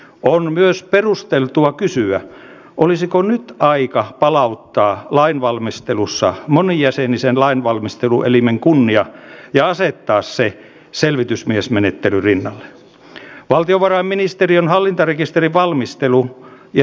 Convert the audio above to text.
meillä kauhavalla nämä turvapaikanhakijat tekevät falafelia ja siellä pesukoneella pyörittävät pientä pesulaa ja kyllä se pitää porukkaa rauhallisena nostaa itsetuntoa